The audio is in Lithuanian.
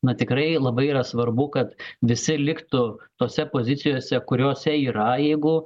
na tikrai labai yra svarbu kad visi liktų tose pozicijose kuriose yra jeigu